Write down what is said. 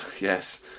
yes